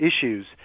issues